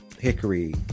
hickory